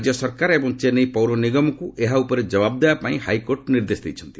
ରାଜ୍ୟ ସରକାର ଏବଂ ଚେନ୍ନାଇ ପୌର ନିଗମକୁ ଏହା ଉପରେ କବାବ ଦେବା ପାଇଁ ହାଇକୋର୍ଟ ନିର୍ଦ୍ଦେଶ ଦେଇଛନ୍ତି